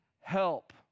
help